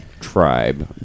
tribe